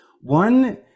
One